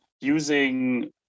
using